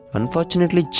Unfortunately